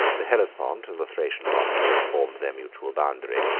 the hellespont and the thracian bosphorus formed their mutual boundary,